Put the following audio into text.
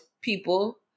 people